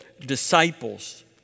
disciples